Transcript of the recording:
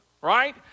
right